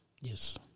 Yes